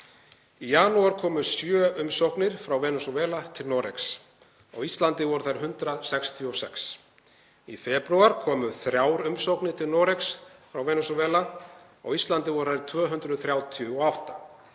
Í janúar komu sjö umsóknir frá Venesúela til Noregs, á Íslandi voru þær 166. Í febrúar komu þrjár umsóknir til Noregs frá Venesúela, á Íslandi voru þær 238.